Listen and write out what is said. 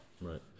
Right